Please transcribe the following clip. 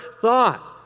thought